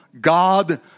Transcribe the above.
God